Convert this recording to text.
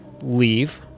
leave